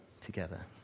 together